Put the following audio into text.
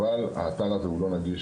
אבל האתר הזה הוא לא נגיש,